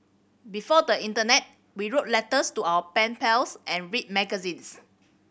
before the internet we wrote letters to our pen pals and read magazines